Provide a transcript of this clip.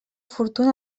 fortuna